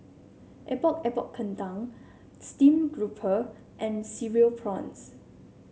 Epok Epok Kentang stream grouper and Cereal Prawns